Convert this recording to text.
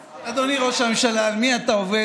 אדוני ראש הממשלה, על מי אתה עובד?